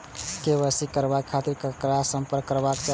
KYC कराबे के खातिर ककरा से संपर्क करबाक चाही?